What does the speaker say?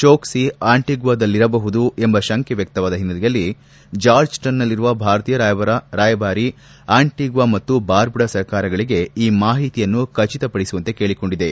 ಚೋಕ್ಲಿ ಅಂಟಿಗ್ವಾದಲ್ಲಿರಬಹುದು ಎಂಬ ಶಂಕೆ ವ್ಯಕ್ತವಾದ ಹಿನ್ನೆಲೆಯಲ್ಲಿ ಜಾರ್ಜ್ಟನ್ನಲ್ಲಿರುವ ಭಾರತೀಯ ರಾಯಬಾರಿ ಅಂಟಗ್ವಾ ಮತ್ತು ಬಾರ್ಬುಡಾ ಸರ್ಕಾರಗಳಗೆ ಈ ಮಾಹಿತಿಯನ್ನು ಖಚಿತಪಡಿಸುವಂತೆ ಕೇಳಿಕೊಂಡಿದ್ದಾರೆ